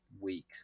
week